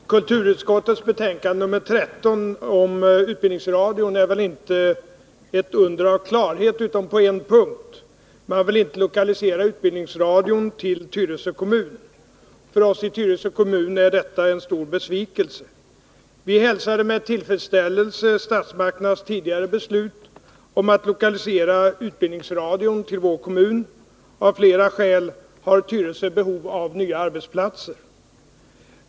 Herr talman! Kulturutskottets betänkande nr 13 om utbildningsradion är inte ett under av klarhet, utom på en punkt — man vill inte lokalisera utbildningsradion till Tyresö kommun. För oss i Tyresö kommun är detta en stor besvikelse. Vi hälsade med tillfredsställelse statsmakternas tidigare Nr 48 beslut om att lokalisera utbildningsradion till vår kommun. Av flera skäl har Tyresö behov av nya arbetsplatser.